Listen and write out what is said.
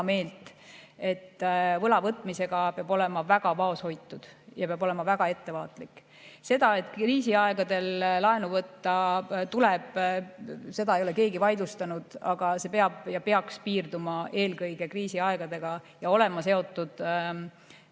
meelt, et võla võtmisel peab olema väga vaoshoitud, väga ettevaatlik. Seda, et kriisiaegadel laenu võtta tuleb, ei ole keegi vaidlustanud. Aga see peaks piirduma eelkõige kriisiaegadega ja olema seotud